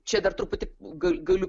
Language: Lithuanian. čia dar truputį ga galiu